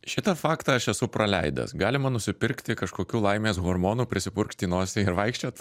šitą faktą aš esu praleidęs galima nusipirkti kažkokių laimės hormonų prisipurkšt į nosį ir vaikščiot